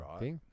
right